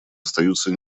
остаются